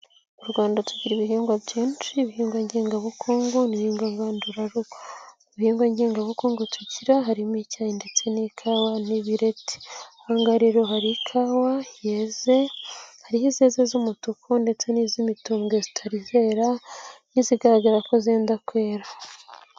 U Rwanda tugira ibihingwa byinshi ibihingwa ngengabukungu n'ibihingwa ngangandurarugo. Ibihingwa ngengabukungu tugira harimo icyayi ndetse n'ikawa n'ibireti. Aha nga rero hari ikawa yeze, hariho izeze z'umutuku ndetse n'iz'imitubwe zitari zera n'izigaragara ko zenda kwera.